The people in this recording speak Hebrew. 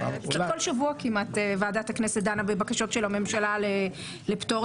כל שבוע כמעט ועדת הכנסת דנה בבקשות של הממשלה לפטור.